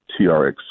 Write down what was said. TRX